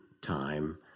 time